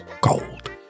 gold